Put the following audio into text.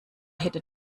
hätte